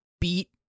beat